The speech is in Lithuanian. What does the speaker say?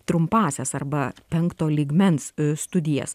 trumpąsias arba penkto lygmens studijas